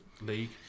league